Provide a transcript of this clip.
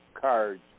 cards